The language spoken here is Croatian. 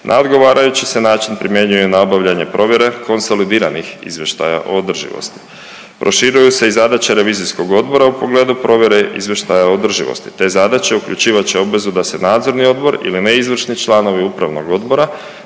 na odgovarajući se način primjenjuje i nabavljanje provjere konsolidiranih izvještaja o održivosti. Proširuju se i zadaće revizijskog odbora u pogledu provjere izvještaja o održivosti. Te zadaće uključivat će obvezu da se nadzorni odbor ili neizvršni članovi upravnog odbora